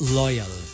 loyal